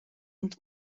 und